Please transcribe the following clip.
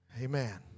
Amen